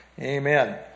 Amen